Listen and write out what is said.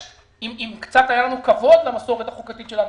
אם היה לנו קצת כבוד למסורת החוקתית שלנו,